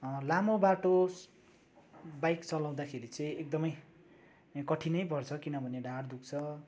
लामो बाटो बाइक चलाउँदाखेरि चाहिँ एकदमै कठिनै पर्छ किनभने ढाड दुख्छ